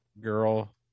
girl